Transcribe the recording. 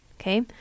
okay